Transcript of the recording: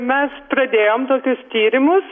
mes pradėjom tokius tyrimus